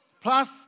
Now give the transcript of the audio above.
Plus